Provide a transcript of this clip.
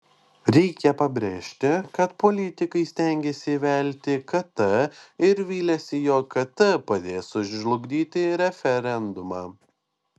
reikia pabrėžti kad politikai stengiasi įvelti kt ir viliasi jog kt padės sužlugdyti referendumą